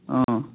অঁ